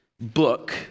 book